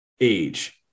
age